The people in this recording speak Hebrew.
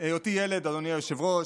היותי ילד, אדוני היושב-ראש,